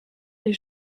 des